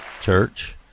church